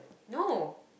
no